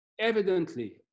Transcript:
Evidently